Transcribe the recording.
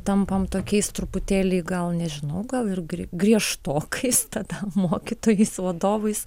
tampam tokiais truputėlį gal nežinau gal ir griežtokais tada mokytojais vadovais